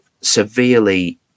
severely